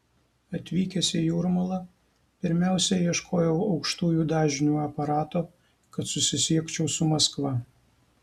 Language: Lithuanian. atvykęs į jūrmalą pirmiausia ieškojau aukštųjų dažnių aparato kad susisiekčiau su maskva